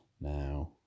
now